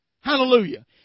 Hallelujah